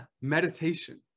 meditation